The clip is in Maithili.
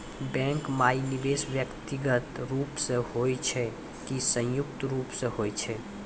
बैंक माई निवेश व्यक्तिगत रूप से हुए छै की संयुक्त रूप से होय छै?